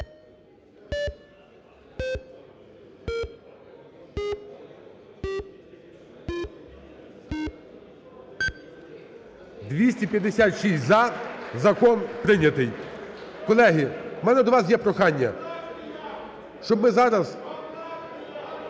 За-256 Закон прийнятий. Колеги, в мене до вас є прохання, щоб ми зараз…